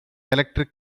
electric